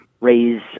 raise